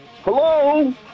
Hello